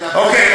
אוקיי,